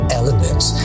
elements